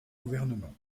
gouvernement